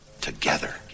together